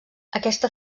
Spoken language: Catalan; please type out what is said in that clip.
aquesta